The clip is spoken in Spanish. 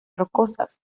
rocosas